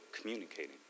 communicating